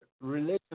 religion